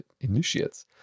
initiates